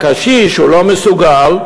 הקשיש לא מסוגל,